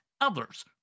others